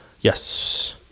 Yes